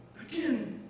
Again